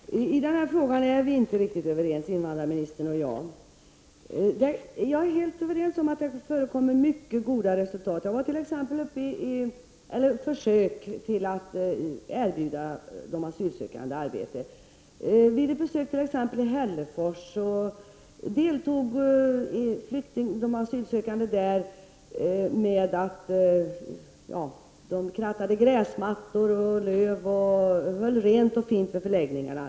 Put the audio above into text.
Fru talman! I den här frågan är vi inte riktigt överens invandrarministern och jag. Jag är helt överens med henne om att det görs många bra försök att erbjuda de asylsökande arbete. I Hällefors, som jag har besökt, fick de asylsökande kratta gräs och löv och hålla rent och fint på förläggningarna.